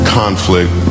conflict